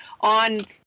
on